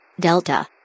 Delta